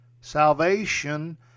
salvation